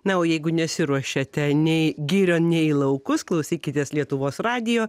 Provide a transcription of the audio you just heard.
na o jeigu nesiruošiate nei girion nei į laukus klausykitės lietuvos radijo